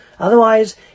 Otherwise